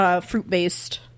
fruit-based